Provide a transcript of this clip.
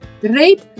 rape